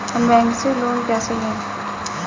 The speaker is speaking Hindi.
हम बैंक से लोन कैसे लें?